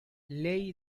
ley